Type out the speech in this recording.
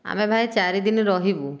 ଆମେ ଭାଇ ଚାରି ଦିନ ରହିବୁ